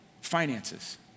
finances